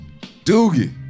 Doogie